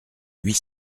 huit